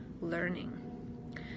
learning